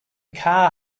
car